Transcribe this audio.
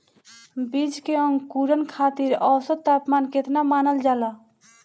बीज के अंकुरण खातिर औसत तापमान केतना मानल जाला?